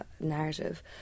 narrative